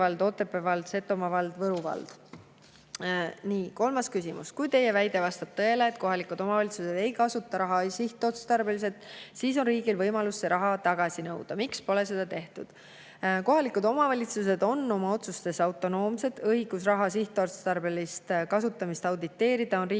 vald, Setomaa vald, Võru vald. Kolmas küsimus: "Kui Teie väide vastab tõele ja kohalikud omavalitsused ei kasuta raha sihtotstarbeliselt, siis on riigil võimalus see raha tagasi nõuda. Miks pole seda tehtud?" Kohalikud omavalitsused on oma otsustes autonoomsed, õigus raha sihtotstarbelist kasutamist auditeerida on Riigikontrollil.